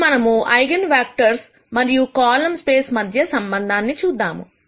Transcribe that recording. ఇప్పుడు మనము eigen vectors మరియు కాలమ్ స్పేస్ మధ్య సంబంధము చూద్దాం